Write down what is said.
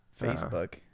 Facebook